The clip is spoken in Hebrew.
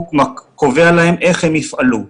הוא קובע להם איך הם יפעלו.